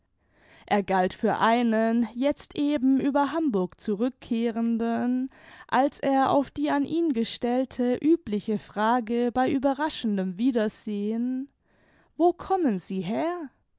er galt für einen jetzt eben über hamburg zurückkehrenden als er auf die an ihn gestellte übliche frage bei überraschendem wiedersehen wo kommen sie her